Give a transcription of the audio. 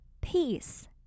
peace